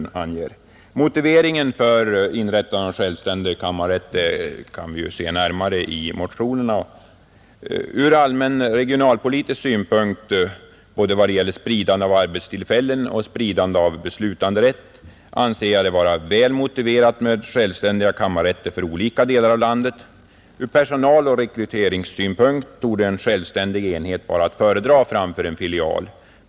Den närmare motiveringen för inrättandet av en självständig kammarrätt framgår av motionerna. Ur allmän regionalpolitisk synpunkt, vad det gäller spridande av både arbetstillfällen och beslutanderätt, anser jag det vara väl motiverat med självständiga kammarrätter för olika delar av landet. Ur personaloch rekryteringssynpunkt torde en självständig enhet vara att föredra framför en filial.